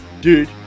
Dude